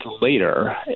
later